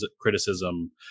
criticism